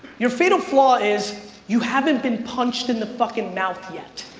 your fatal flaw is you haven't been punched in the fucking mouth yet.